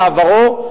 לעברו,